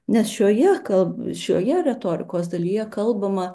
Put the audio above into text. nes šioje kal šioje retorikos dalyje kalbama